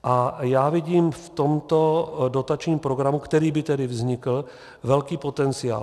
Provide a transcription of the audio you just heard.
A já vidím v tomto dotačním programu, který by tedy vznikl, velký potenciál.